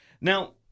Now